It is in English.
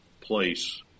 place